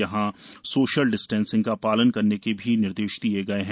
यहां social distancing का पालन करने के निर्देश दिए गए हैं